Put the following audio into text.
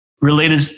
related